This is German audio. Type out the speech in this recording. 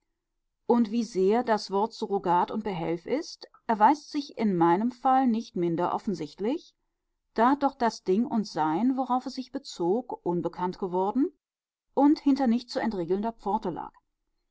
und wie sehr das wort surrogat und behelf ist erweist sich in meinem fall nicht minder offensichtlich da doch das ding und sein worauf es sich bezog unbekannt geworden und hinter nicht zu entriegelnder pforte lag